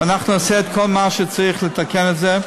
ונעשה כל מה שצריך כדי לתקן את זה,